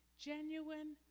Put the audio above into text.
Genuine